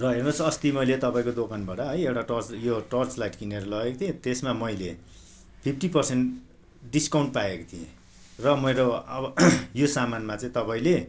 र हेर्नुहोस् अस्ति मैले तपाईँको दोकानबाट है एउटा टर्च यो टर्च लाइट किनेर लगेको थिएँ त्यसमा मैले फिफ्टी पर्सेन्ट डिसकाउन्ट पाएको थिएँ र मेरो अब यो सामानमा चाहिँ तपाईँले